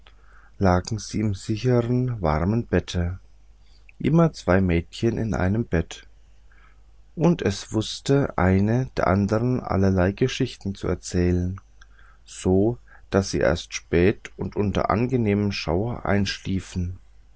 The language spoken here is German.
lagen sie im sichern warmen bette immer zwei mädchen in einem bette und es wußte eine der andern allerlei geschichtchen zu erzählen so daß sie erst spät und unter angenehmen schauer